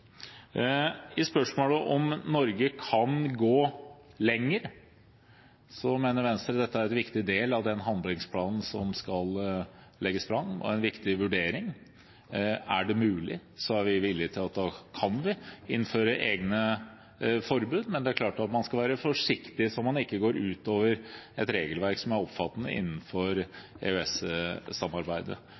I spørsmålet om hvorvidt Norge kan gå lenger, mener Venstre dette er en viktig del av den handlingsplanen som skal legges fram, og en viktig vurdering. Er det mulig, er vi villig til at vi kan innføre egne forbud, men det er klart at man skal være forsiktig så man ikke går utover et regelverk som er omfattende innenfor